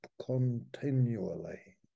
continually